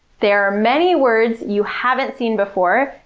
there are many words you haven't seen before,